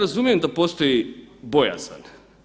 Ja razumijem da postoji bojazan.